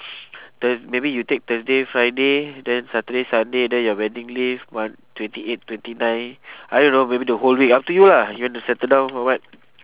thur~ maybe you take thursday friday then saturday sunday then your wedding leave one twenty eight twenty nine I don't know maybe the whole week up to you lah you want to settle down or what